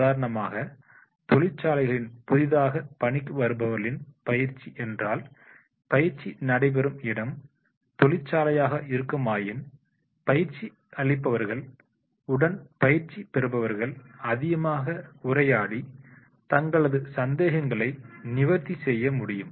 உதாரணமாக தொழிற்சாலைகளில் புதிதாக பணிக்கு வருபவர்களின் பயிற்சி என்றால் பயிற்சி நடைபெறும் இடம் தொழிற்சாலையாக இருக்குமாயின் பயிற்சி அளிப்பவர்கள் உடன் பயிற்சி பெறுபவர்கள் அதிகமாக உரையாடி தங்களது சந்தேகங்களை நிவர்த்தி செய்ய முடியும்